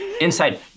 Inside